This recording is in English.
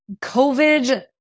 COVID